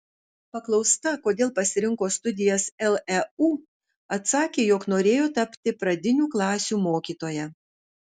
paklausta kodėl pasirinko studijas leu atsakė jog norėjo tapti pradinių klasių mokytoja